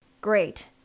Great